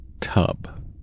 tub